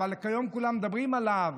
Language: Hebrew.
אומנם כיום כולם מדברים עליו,